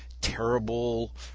terrible